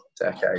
decade